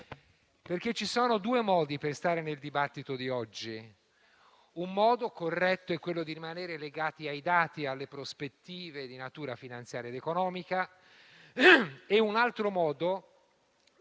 infatti, due modi per stare nel dibattito di oggi: un modo corretto è rimanere legati ai dati e alle prospettive di natura finanziaria ed economica; un altro, di